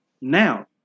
now